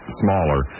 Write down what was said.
smaller